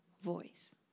voice